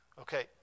Okay